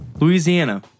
Louisiana